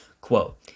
Quote